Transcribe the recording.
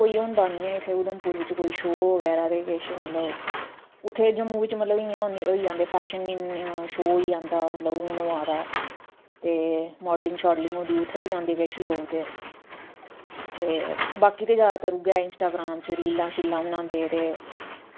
सेआलें दिनें अपने मतलब लैंदे न उप्पर एह् पराने जमानै ई गै बनांदे हे हून ते नेईं बनांदे पर हून भी ऐहीं बी साढ़े बनांदे न ऐहीं बी बाकी लोकें केह् पता बनांदे जां नेईं बनांदे केह् पता बाकी होर पराने जमानै ई इयै न